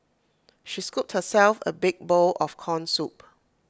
she scooped herself A big bowl of Corn Soup